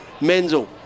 Menzel